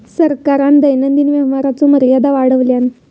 सरकारान दैनंदिन व्यवहाराचो मर्यादा वाढवल्यान